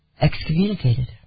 excommunicated